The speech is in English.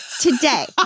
today